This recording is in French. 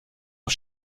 aux